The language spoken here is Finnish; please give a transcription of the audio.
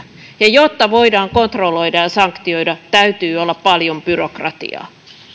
ja jotta voidaan kontrolloida ja sanktioida täytyy olla paljon byrokratiaa